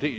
skräp?